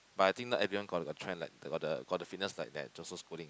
but I think not everyone got the got the got the fitness like that Joseph-Schooling